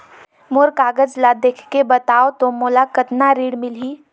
मोर कागज ला देखके बताव तो मोला कतना ऋण मिलही?